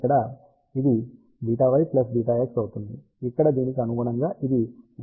ఇక్కడ ఇది βy βx అవుతుంది ఇక్కడ దీనికి అనుగుణంగా ఇది 2βx βy అవుతుంది